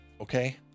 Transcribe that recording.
Okay